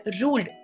ruled